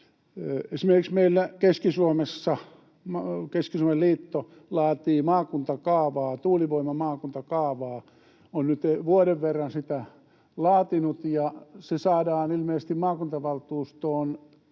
Keski-Suomessa Keski-Suomen liitto laatii maakuntakaavaa, tuulivoimamaakuntakaavaa. Se on nyt vuoden verran sitä laatinut, ja se saadaan ilmeisesti maakuntavaltuustoon